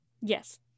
Yes